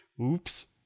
Oops